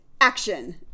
action